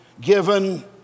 given